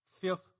fifth